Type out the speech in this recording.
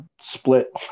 Split